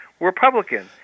Republican